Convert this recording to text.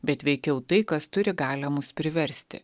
bet veikiau tai kas turi galią mus priversti